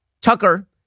Tucker